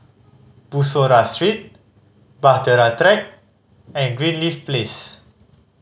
Bussorah Street Bahtera Track and Greenleaf Place